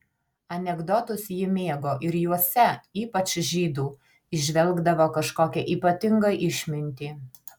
anekdotus ji mėgo ir juose ypač žydų įžvelgdavo kažkokią ypatingą išmintį